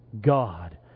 God